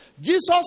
Jesus